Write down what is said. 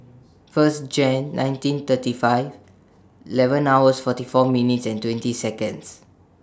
First Jan nineteen thirty five eleven hours forty four minutes and twenty Seconds